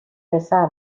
پسر